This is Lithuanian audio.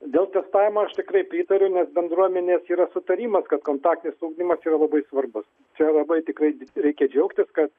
dėl testavimo aš tikrai pritariu nes bendruomenės yra sutarimas kad kontaktais ugdymas yra labai svarbus čia labai tikrai reikia džiaugtis kad